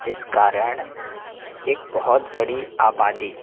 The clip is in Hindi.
जिस कारण एक बहुत बड़ी आबादी